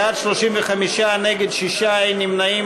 בעד, 35, נגד, 6, אין נמנעים.